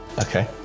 Okay